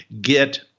get